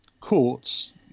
courts